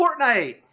Fortnite